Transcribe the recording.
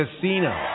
Casino